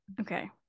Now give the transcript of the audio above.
okay